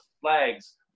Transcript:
flags